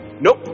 nope